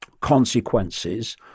consequences